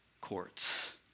courts